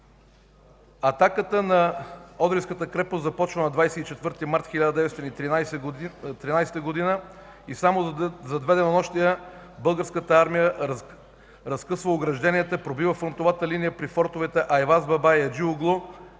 Атаката на Одринската крепост започва на 24 март 1913 г. и само за две денонощия Българската армия разкъсва огражденията, пробива фронтовата линия при фортовете Айваз баба и Аджи углу